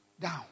down